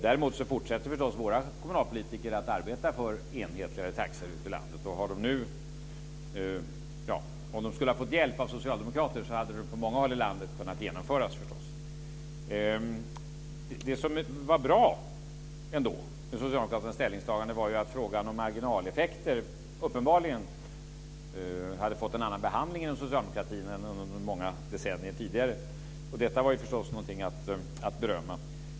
Däremot fortsätter förstås våra kommunpolitiker att arbeta för enhetligare taxor ute i landet. Om de hade fått hjälp av socialdemokrater hade det förstås kunnat genomföras på många håll i landet. Det som ändå var bra med socialdemokraternas ställningstagande var ju att frågan om marginaleffekter uppenbarligen hade fått en annan behandling inom socialdemokratin än under många decennier tidigare. Det var förstås något att berömma.